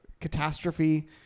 catastrophe